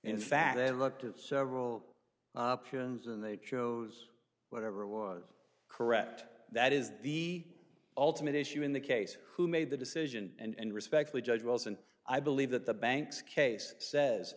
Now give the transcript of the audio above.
in fact they looked at several options and they chose whatever was correct that is the ultimate issue in the case who made the decision and respectfully judge wells and i believe that the bank's case says